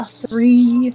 three